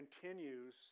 continues